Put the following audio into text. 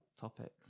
topics